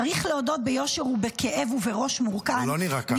צריך להודות ביושר ובכאב ובראש מורכן -- זה לא נראה ככה.